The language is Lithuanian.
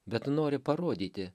bet nori parodyti